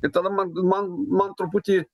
ir tada man man man truputį